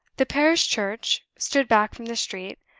the parish church stood back from the street,